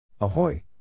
Ahoy